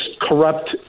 corrupt